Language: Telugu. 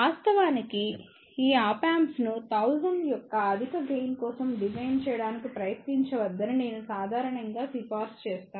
వాస్తవానికి ఈ ఆప్ యాంప్స్ను 1000 యొక్క అధిక గెయిన్ కోసం డిజైన్ చేయడానికి ప్రయత్నించవద్దని నేను సాధారణంగా సిఫారసు చేస్తాను